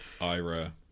Ira